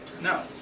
No